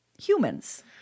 humans